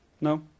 no